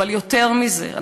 אבל יותר מזה,